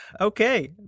Okay